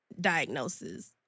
diagnosis